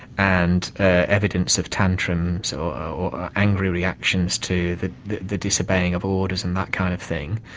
and evidence of tantrums so or angry reactions to the the the disobeying of orders and that kind of thing.